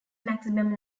maximum